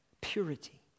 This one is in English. Purity